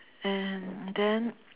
and then